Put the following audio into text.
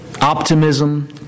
optimism